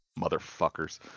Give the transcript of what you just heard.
motherfuckers